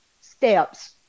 steps